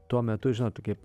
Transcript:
tuo metu žinot kaip